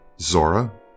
Zora